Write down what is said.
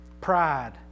Pride